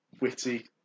witty